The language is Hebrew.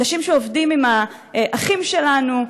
אנשים שעובדים עם האחים שלנו,